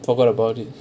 forget about it